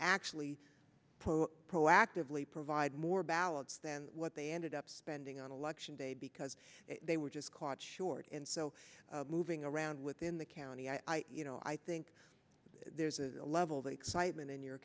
actually proactively provide more ballots than what they ended up spending on election day because they were just caught short and so moving around within the county i you know i think there's a level the excitement in your